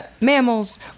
mammals